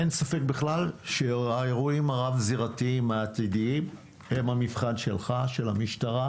אין ספק בכלל שהאירועים הרב-זירתיים העתידיים הם המבחן של המשטרה,